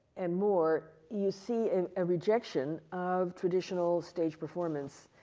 and more, you see and a rejection of traditional stage performance,